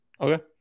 Okay